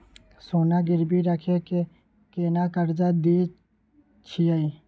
सोना गिरवी रखि के केना कर्जा दै छियै?